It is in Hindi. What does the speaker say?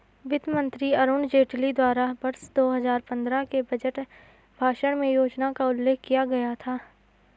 वित्त मंत्री अरुण जेटली द्वारा वर्ष दो हजार पन्द्रह के बजट भाषण में योजना का उल्लेख किया गया था